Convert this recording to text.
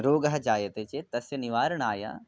रोगः जायते चेत् तस्य निवारणाय